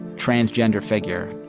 transgender figure.